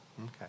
Okay